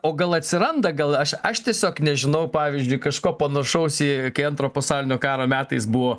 o gal atsiranda gal aš aš tiesiog nežinau pavyzdžiui kažko panašaus į kai antro pasaulinio karo metais buvo